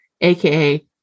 aka